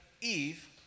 Eve